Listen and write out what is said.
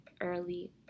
early